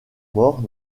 mort